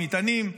מטענים,